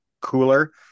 cooler